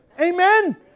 Amen